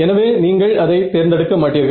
எனவே நீங்கள் அதை தேர்ந்தெடுக்க மாட்டீர்கள்